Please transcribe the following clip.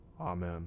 Amen